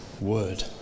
word